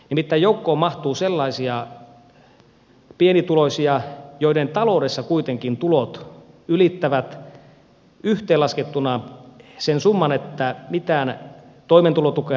nimittäin joukkoon mahtuu sellaisia pienituloisia joiden taloudessa kuitenkin tulot ylittävät yhteenlaskettuna sen summan että mitään toimeentulotukea ei todellakaan tule